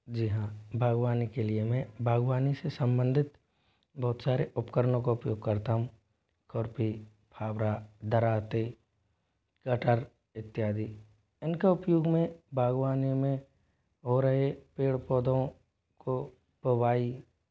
जी हाँ बागवानी के लिए मैं बागवानी से संबंधित बहुत सारे उपकरणों का उपयोग करता हूँ खुरपी फावड़ा दराती कटर इत्यादि इनके उपयोग में बागवानी में हो रहे पेड़ पौधों को बोवाई